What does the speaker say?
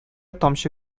тамчы